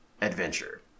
adventure